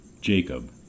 Jacob